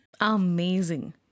Amazing